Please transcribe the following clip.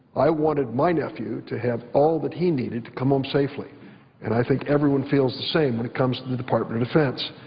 i wanted my nephew to have all but he needed to come home safely and i think everyone feels the same when it comes to the department of defense.